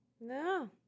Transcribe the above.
No